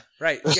right